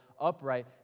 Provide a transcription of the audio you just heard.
upright